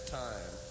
time